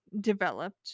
developed